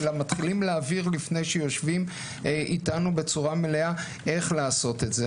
אלא מתחילים להעביר לפני שיושבים איתנו בצורה מלאה איך לעשות את זה.